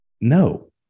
no